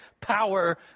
power